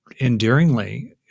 endearingly